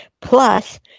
Plus